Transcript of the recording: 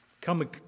come